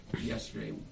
yesterday